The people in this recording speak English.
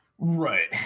Right